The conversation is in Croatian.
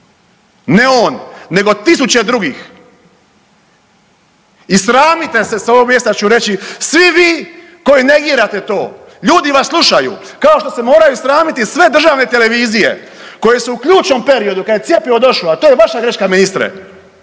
Ne on nego tisuće drugih i sramite se s ovog mjesta ću reći svi vi koji negirate to, ljudi vas slušaju kao što se moraju sramiti i sve državne televizije koje su u ključnom periodu kada je cjepivo došlo, a to je vaša greška ministre,